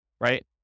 right